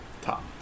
top